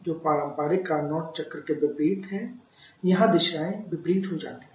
जो पारंपरिक कार्नोट चक्र के ठीक विपरीत है यहां दिशाएं विपरीत हो जाती हैं